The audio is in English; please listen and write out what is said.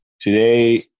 today